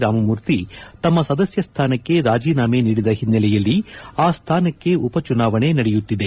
ರಾಮಮೂರ್ತಿ ತಮ್ಮ ಸದಸ್ಯ ಸ್ಥಾನಕ್ಕೆ ರಾಜೀನಾಮೆ ನೀಡಿದ ಹಿನ್ನೆಲೆಯಲ್ಲಿ ಆ ಸ್ಥಾನಕ್ಕೆ ಉಪಚುನಾವಣೆ ನಡೆಯುತ್ತಿದೆ